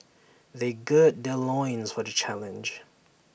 they gird their loins for the challenge